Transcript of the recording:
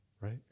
right